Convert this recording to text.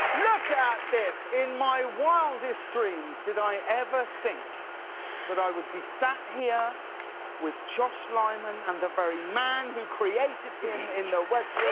look at this! in my wildest dreams did i ever think that i would be sat here with josh lyman and the very man who created him in the west